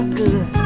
good